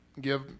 give